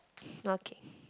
okay